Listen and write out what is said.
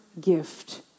gift